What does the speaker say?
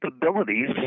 capabilities